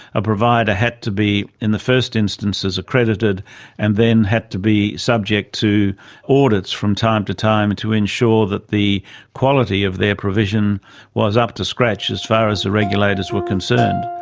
a provider had to be, in the first instances, accredited and then had to be subject to audits from time to time and to ensure that the quality of their provision was up to scratch as far as the regulators were concerned.